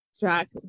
jack